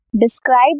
Describe